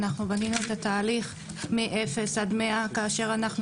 אנחנו בנינו את התהליך מאפס עד מאה כאשר אנחנו